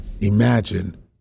Imagine